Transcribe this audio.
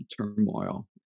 turmoil